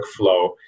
workflow